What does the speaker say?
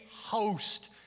host